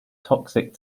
toxic